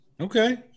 okay